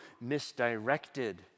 misdirected